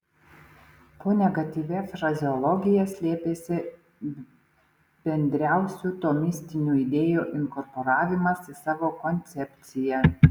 po negatyvia frazeologija slėpėsi bendriausių tomistinių idėjų inkorporavimas į savo koncepciją